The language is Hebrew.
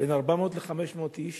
מתאבדים 400 500 איש